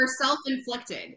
self-inflicted